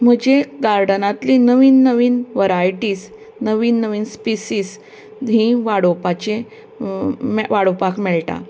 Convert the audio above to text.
म्हजी गार्डनांतली नवीन नवीन वरायटीज नवीन नवीन स्पिशीस हीं वाडोवपाचें वाडोवपाक मेळटा